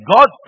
God